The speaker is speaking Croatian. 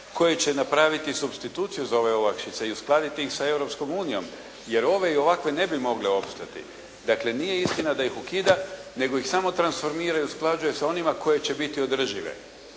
koje će napraviti substituciju za ove olakšice i uskladiti ih sa Europskom unijom jer ove i ovakve ne bi mogle opsatati. Dakle nije istina da ih ukida nego ih samo transformira i usklađuje sa onima koje će biti održive.